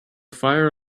fire